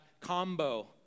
combo